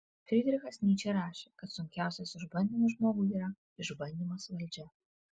frydrichas nyčė rašė kad sunkiausias išbandymas žmogui yra išbandymas valdžia